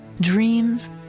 dreams